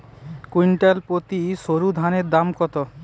Quintal প্রতি সরুধানের দাম কত?